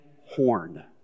horn